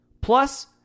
plus